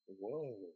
Whoa